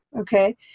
okay